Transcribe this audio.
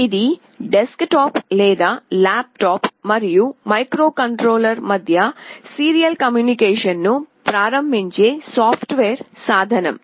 ఇది డెస్క్టాప్ లేదా ల్యాప్టాప్ మరియు మైక్రోకంట్రోలర్ మధ్య సీరియల్ కమ్యూనికేషన్ను ప్రారంభించే సాఫ్ట్వేర్ సాధనం